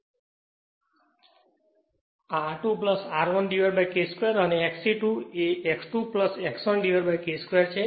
તેથી R2 R1k 2 અને XE2 એ X2 X 1K 2 છે